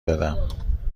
دادم